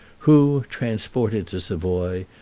who, transported to savoy,